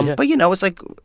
but you know, it's, like,